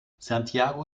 santiago